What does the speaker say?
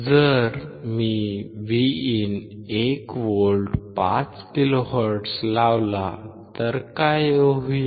जर मी Vin 1 volt 5 किलोहर्ट्झवर लावला तर काय होईल